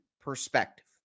perspective